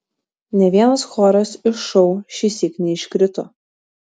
nė vienas choras iš šou šįsyk neiškrito